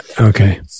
Okay